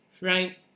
right